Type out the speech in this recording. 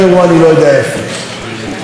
ואנחנו נצטרך להתמודד עם זה.